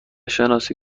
شناسی